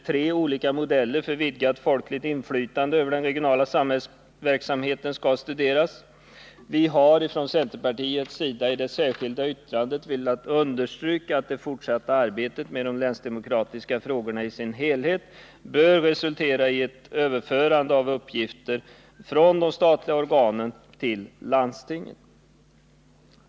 Tre olika modeller för vidgat folkligt inflytande över den regionala samhällsverksamheten skall studeras. Vi har från centerpartiets sida i det särskilda yttrandet velat understryka att det fortsatta arbetet med de länsdemokratiska frågorna i sin helhet bör resultera i ett överförande av uppgifter från de statliga organen till landstingen.